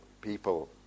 people